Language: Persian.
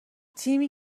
تیمی